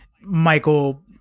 michael